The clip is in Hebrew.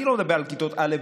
אני לא מדבר על כיתות א',